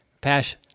pass